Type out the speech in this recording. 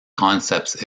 concepts